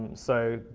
so,